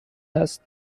است